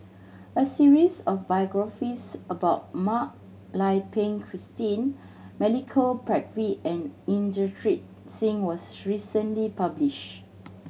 a series of biographies about Mak Lai Peng Christine Milenko Prvacki and Inderjit Singh was recently published